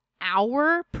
hour